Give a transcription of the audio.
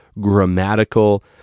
grammatical